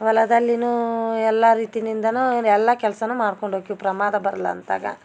ಹೊಲದಲ್ಲಿನು ಎಲ್ಲ ರೀತಿನಿಂದನು ಎಲ್ಲ ಕೆಲಸನು ಮಾಡ್ಕೊಂಡು ಹೋಕ್ಕಿವಿ ಪ್ರಮಾದ ಬರ್ಲಂತಗ